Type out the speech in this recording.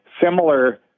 similar